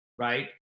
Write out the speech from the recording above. Right